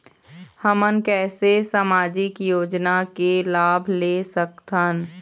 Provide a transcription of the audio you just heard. हमन कैसे सामाजिक योजना के लाभ ले सकथन?